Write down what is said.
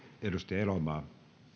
arvoisa puhemies